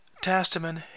Testament